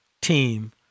team